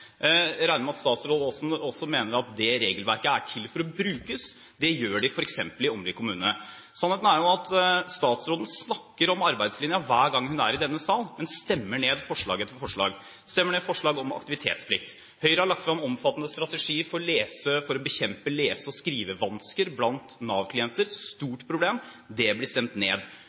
Jeg regner med at statsråden også mener at det regelverket er til for å brukes. Det gjør de f.eks. i Åmli kommune. Sannheten er at statsråden snakker om arbeidslinjen hver gang hun er i denne sal, men man stemmer ned forslag etter forslag, stemmer ned forslag om aktivitetsplikt. Høyre har lagt fram en omfattende strategi for å bekjempe lese- og skrivevansker blant Nav-klienter, som er et stort problem. Det ble stemt ned.